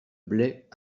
blais